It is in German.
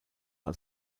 als